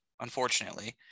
unfortunately